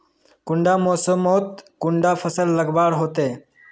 कुंडा मोसमोत कुंडा फसल लगवार होते?